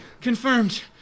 confirmed